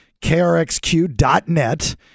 krxq.net